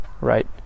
right